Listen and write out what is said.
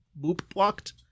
boop-blocked